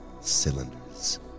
cylinders